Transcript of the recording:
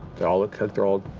they all look like they're all